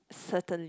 certainly